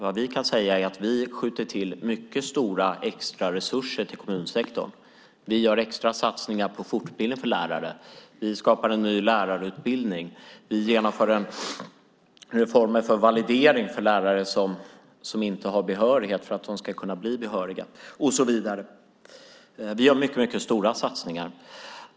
Vad vi kan säga är att vi skjuter till mycket stora extra resurser till kommunsektorn. Vi gör extra satsningar på fortbildning för lärare. Vi skapar en ny lärarutbildning. Vi genomför reformer för validering för lärare som inte har behörighet för att de ska kunna bli behöriga och så vidare. Vi gör mycket stora satsningar.